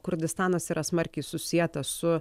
kurdistanas yra smarkiai susietas su